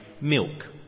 milk